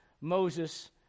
Moses